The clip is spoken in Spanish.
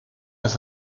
las